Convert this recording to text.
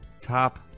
top